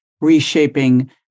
reshaping